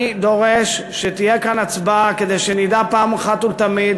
אני דורש שתהיה כאן הצבעה כדי שנדע פעם אחת ולתמיד